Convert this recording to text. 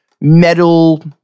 metal